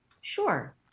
Sure